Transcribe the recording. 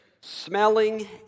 smelling